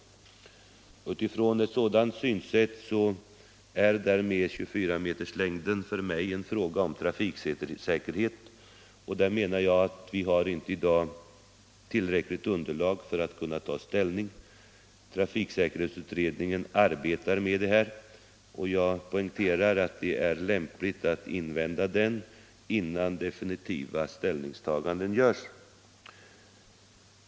Utifrån ett sådant synsätt är 24-meterslängden för mig en fråga om trafiksäkerhet, och där menar jag att vi i dag inte har ett tillräckligt bra underlag för att ta ställning. Trafiksäkerhetsutredningen arbetar med dessa frågor, och jag poängterar att det är lämpligt att invänta den utredningens förslag innan definitiva ställningstaganden görs.